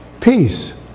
peace